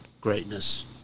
greatness